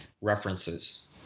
references